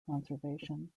conservation